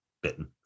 bitten